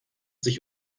sich